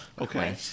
Okay